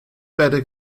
better